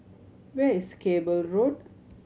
where is Cable Road